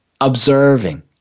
observing